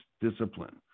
discipline